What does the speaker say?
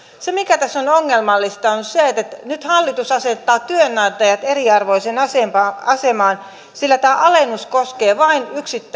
se mikä tässä on ongelmallista on se että nyt hallitus asettaa työnantajat eriarvoiseen asemaan asemaan sillä tämä alennus koskee vain